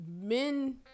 men